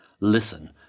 Listen